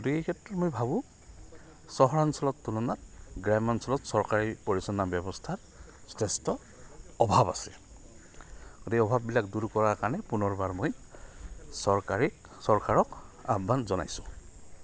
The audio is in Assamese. গতিকে এই ক্ষেত্ৰত মই ভাবোঁ চহৰ অঞ্চলৰ তুলনাত গ্ৰাম্য অঞ্চলত চৰকাৰী পৰিচালনা ব্যৱস্থাত যথেষ্ট অভাৱ আছে গতিকে অভাৱবিলাক দূৰ কৰা কাৰণে পুনৰবাৰ মই চৰকাৰী চৰকাৰক আহ্বান জনাইছোঁ